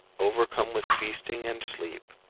overcome with feasting and sleep,